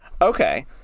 Okay